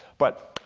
but